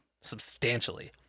substantially